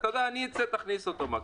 מקסימום אני אצא ותכניס אותו.